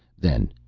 then,